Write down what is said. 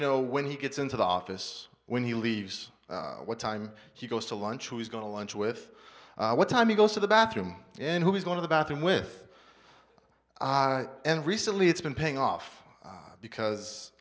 know when he gets into the office when he leaves what time he goes to lunch who is going to lunch with what time he goes to the bathroom and who is going to the bathroom with i and recently it's been paying off because